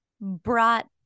Brought